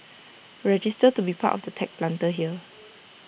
register to be part of tech Planter here